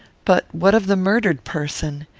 but what of the murdered person?